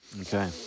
Okay